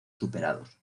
superados